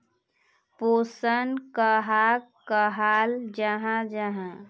पोषण कहाक कहाल जाहा जाहा?